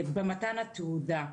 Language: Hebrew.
במתן התעודה.